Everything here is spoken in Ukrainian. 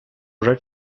вже